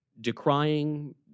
decrying